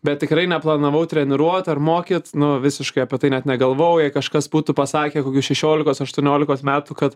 bet tikrai neplanavau treniruot ar mokyt nu visiškai apie tai net negalvojau jei kažkas būtų pasakę kokių šešiolikos aštuoniolikos metų kad